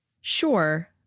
Sure